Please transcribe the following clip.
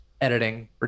editing